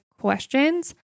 questions